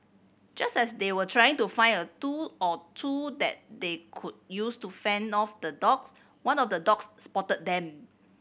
just as they were trying to find a tool or two that they could use to fend off the dogs one of the dogs spotted them